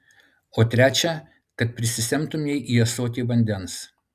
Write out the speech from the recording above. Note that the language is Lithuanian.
o trečią kad prisisemtumei į ąsotį vandens